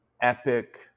epic